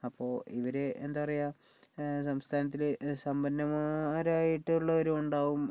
അപ്പോൾ ഇവർ എന്താ പറയുക സംസ്ഥാനത്തിൽ സമ്പന്നൻമാർ ആയിട്ടുള്ളവരും ഉണ്ടാകും എന്താ പറയുക